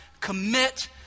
commit